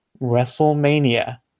WrestleMania